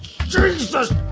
Jesus